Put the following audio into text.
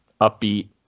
upbeat